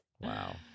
Wow